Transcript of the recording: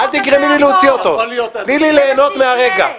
תני לי ליהנות מהרגע.